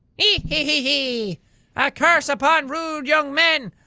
eeh hee hee heee a curse upon rude young men!